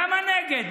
למה נגד?